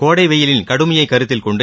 கோடை வெய்யிலின் கடுமையை கருத்தில் கொண்டு